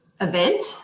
event